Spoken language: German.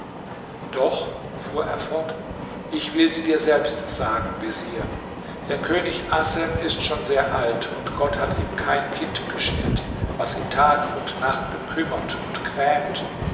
doch fuhr er fort ich will sie dir selbst sagen vezier der könig assem ist schon sehr alt und gott hat ihm kein kind beschert was ihn tag und nacht bekümmert und grämt